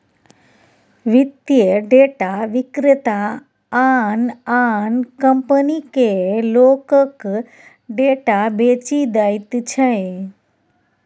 वित्तीय डेटा विक्रेता आन आन कंपनीकेँ लोकक डेटा बेचि दैत छै